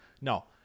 No